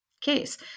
case